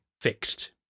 fixed